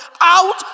out